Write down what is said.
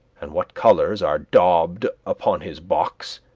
and what colors are daubed upon his box.